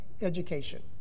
education